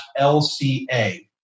LCA